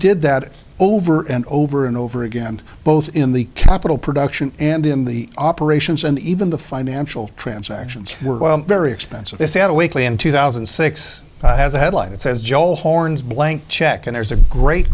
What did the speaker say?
did that over and over and over again both in the capital production and in the operations and even the financial transactions were very expensive they had a weekly in two thousand and six as a headline it says joe horn's blank check and there's a great